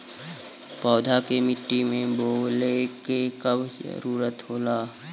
पौधा के मिट्टी में बोवले क कब जरूरत होला